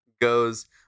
goes